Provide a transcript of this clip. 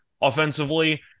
offensively